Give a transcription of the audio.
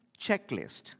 checklist